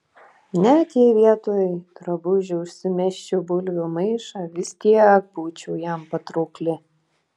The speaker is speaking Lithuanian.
net jei vietoj drabužių užsimesčiau bulvių maišą vis tiek būčiau jam patraukli